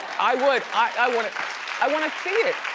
i would. i wanna i wanna see it.